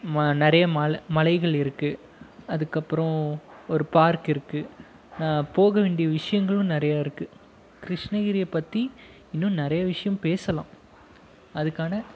ம நிறைய மல மலைகள் இருக்குது அதுக்கப்புறம் ஒரு பார்க் இருக்குது போக வேண்டிய விஷயங்களும் நிறையா இருக்குது கிருஷ்ணகிரியை பற்றி இன்னும் நிறைய விஷயம் பேசலாம் அதுக்கான